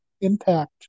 impact